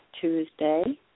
Tuesday